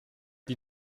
die